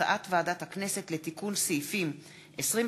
הצעת ועדת הכנסת לתיקון סעיפים 21,